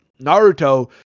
Naruto